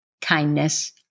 kindness